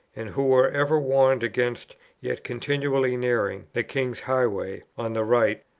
and who were ever warned against, yet continually nearing, the king's highway on the right,